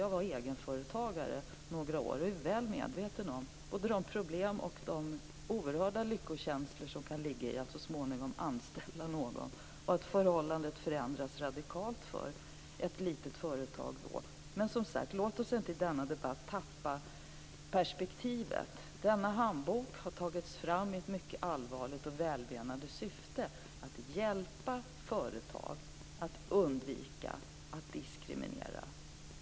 Jag var egenföretagare några år och är väl medveten om både de problem och de oerhörda lyckokänslor som kan finnas i att så småningom anställa någon och att förhållandet då förändras radikalt för ett litet företag. Men som sagt: Låt oss inte i denna debatt tappa perspektivet. Denna handbok har tagits fram med ett mycket allvarligt och välmenat syfte, nämligen att hjälpa företag att undvika att diskriminera.